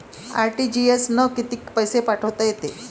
RTGS न कितीक पैसे पाठवता येते?